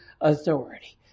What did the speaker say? authority